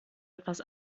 etwas